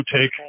take